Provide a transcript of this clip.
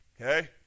Okay